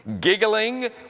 giggling